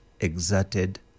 exerted